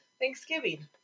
Thanksgiving